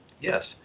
yes